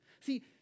See